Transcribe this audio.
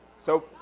so,